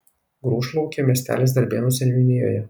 grūšlaukė miestelis darbėnų seniūnijoje